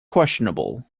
questionable